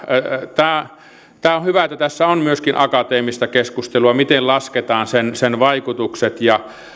on hyvä että tässä on myöskin akateemista keskustelua siitä miten lasketaan sen sen vaikutukset